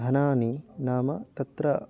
धनं नाम तत्र